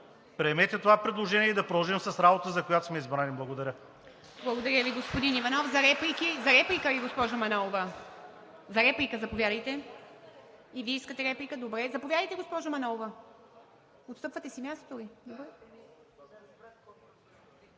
Приемете предложението и да продължим работата, за която сме избрани. Благодаря.